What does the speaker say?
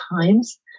times